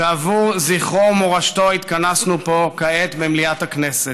שעבור זכרו ומורשתו התכנסנו פה כעת במליאת הכנסת.